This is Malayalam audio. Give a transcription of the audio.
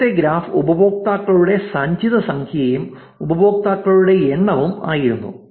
മുമ്പത്തെ ഗ്രാഫ് ഉപയോക്താക്കളുടെ സഞ്ചിത സംഖ്യയും ഉപയോക്താക്കളുടെ എണ്ണവും ആയിരുന്നു